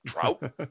Trout